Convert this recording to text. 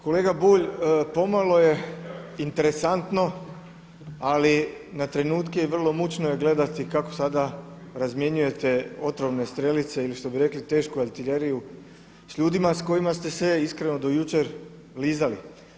Kolega Bulj, pomalo je interesantno ali na trenutke i vrlo mučno je gledati kako sada razmjenjujete otrovne strelice ili što bi rekli tešku artiljeriju s ljudima s kojima ste se iskreno do jučer lizali.